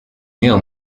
nail